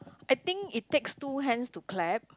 I think it takes two hands to clap